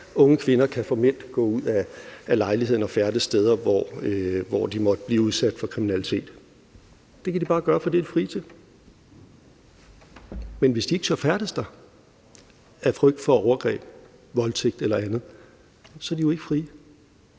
unge kvinder kan formelt gå ud af lejligheden og færdes steder, hvor de måtte bliver udsat for kriminalitet. Det kan de bare gøre, for det er de frie til. Men hvis de ikke tør færdes der af frygt for overgreb, voldtægt eller andet, så er de jo ikke frie.